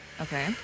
Okay